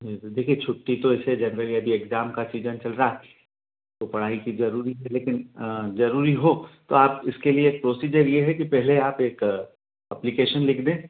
जी तो देखिए छुट्टी तो ऐसे जेनरल यदि एग्जाम का सीजन चल रहा तो पढ़ाई की जरूरी है लेकिन जरूरी हो तो आप इसके लिए एक प्रोसीजर ये है कि पहले आप एक अप्लीकेशन लिख दें